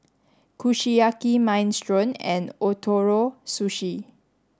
Kushiyaki Minestrone and Ootoro Sushi